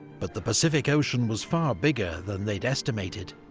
but the pacific ocean was far bigger than they'd estimated.